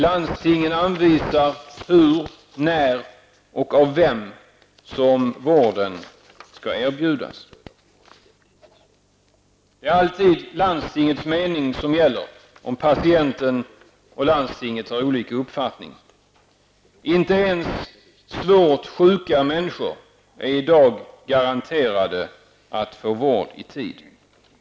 Landstingen anvisar hur, när och av vem vården skall erbjudas. Det är alltid landstingets mening som gäller, om patienten och landstinget har olika uppfattning. Inte ens svårt sjuka människor är i dag garanterade vård i tid.